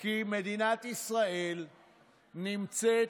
כי מדינת ישראל נמצאת